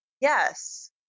Yes